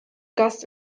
gast